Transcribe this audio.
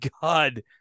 God